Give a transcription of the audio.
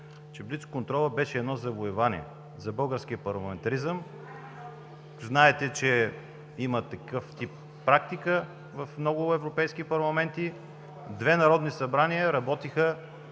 че блицконтролът беше едно завоевание за българския парламентаризъм. Знаете, че има такъв тип практика в много европейски парламенти. Две народни събрания работиха